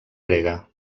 grega